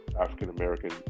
african-american